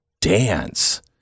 dance